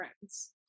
friends